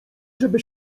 żeby